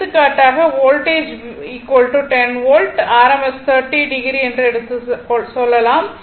எடுத்துக்காட்டாக voltage 10 volt rms 30o என்று சொல்லலாம்